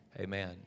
Amen